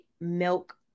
milk